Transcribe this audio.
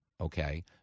okay